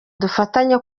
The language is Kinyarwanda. dufatanye